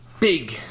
big